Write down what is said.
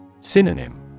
Synonym